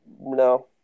no